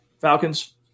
Falcons